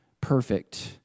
perfect